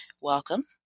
welcome